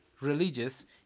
religious